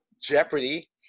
Jeopardy